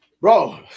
Bro